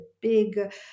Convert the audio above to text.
big